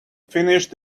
finished